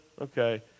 okay